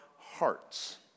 hearts